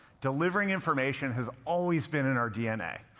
delivering information has always been in our dna.